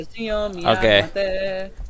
Okay